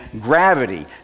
gravity